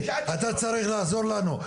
אתה צריך לעזור לנו,